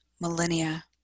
millennia